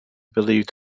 believed